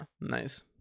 Nice